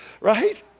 Right